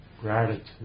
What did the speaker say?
gratitude